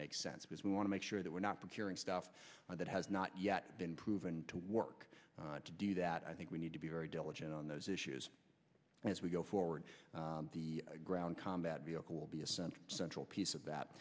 makes sense because we want to make sure that we're not preparing stuff that has not yet been proven to work to do that i think we need to be very diligent on those issues as we go forward the ground combat vehicle will be essential central piece of that